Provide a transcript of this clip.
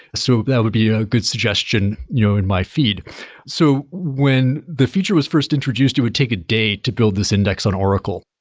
so that would be a good suggestion you know in my feed so when the feature was first introduced, it would take a day to build this index on oracle.